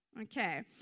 Okay